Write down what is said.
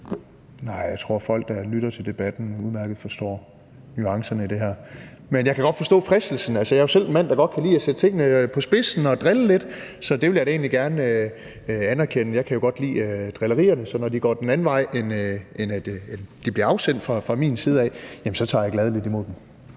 Nej, jeg tror, at folk, der lytter til debatten, udmærket forstår nuancerne i det her. Men jeg kan godt forstå fristelsen. Altså, jeg er jo selv en mand, der godt kan lide at sætte tingene på spidsen og drille lidt, så det vil jeg da egentlig gerne anerkende. Jeg kan jo godt lide drillerierne, så når de går den anden vej, end at de bliver afsendt fra min side af, tager jeg gladelig imod dem.